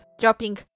dropping